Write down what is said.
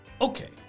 Okay